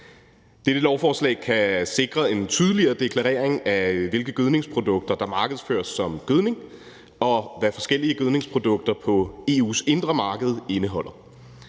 Dette lovforslag kan sikre en tydeligere deklarering af, hvilke gødningsprodukter der markedsføres som gødning, og hvad forskellige gødningsprodukter på EU's indre marked indeholder.